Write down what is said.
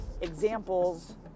examples